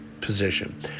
position